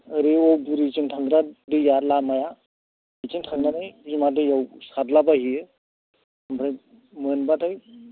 ओरै औगुरिजों थांग्रा दैआ लामाया बेथिं थांनानै बिमा दैआव सारलाबायहैयो ओमफ्राय मोनबाथाय